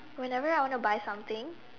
when ever I want to buy some thing